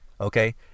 Okay